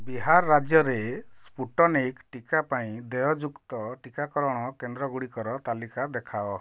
ବିହାର ରାଜ୍ୟରେ ସ୍ପୁଟନିକ୍ ଟୀକା ପାଇଁ ଦେୟଯୁକ୍ତ ଟୀକାକରଣ କେନ୍ଦ୍ର ଗୁଡ଼ିକର ତାଲିକା ଦେଖାଅ